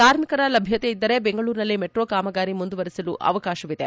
ಕಾರ್ಮಿಕರ ಲಭ್ಯತೆ ಇದ್ದರೆ ಬೆಂಗಳೂರಿನಲ್ಲಿ ಮೆಟ್ರೊ ಕಾಮಗಾರಿ ಮುಂದುವರೆಸಲು ಅವಕಾಶವಿದೆ